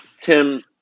Tim